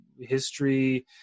history